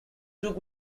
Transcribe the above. took